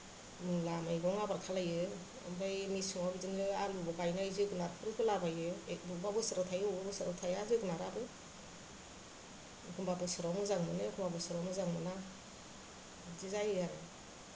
मुला मैगं आबाद खालायो ओमफ्राय मेसेङाव बिदिनो आलुबो गायबाय जोगोनारफोर होलाबायो अबेबा बोसोराव थायो अबेबा बोसोराव थाया जोगोनाराबो एखम्बा बोसोराव मोजां मोनो एखम्बा बोसोराव मोजां मोना बिदि जायो आरो